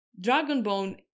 Dragonbone